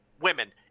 women